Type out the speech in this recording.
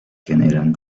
generan